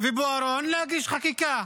ובוארון להגיש חקיקה.